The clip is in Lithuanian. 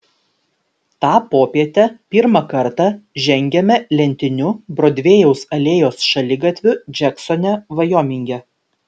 tą popietę pirmą kartą žengiame lentiniu brodvėjaus alėjos šaligatviu džeksone vajominge